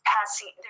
Passing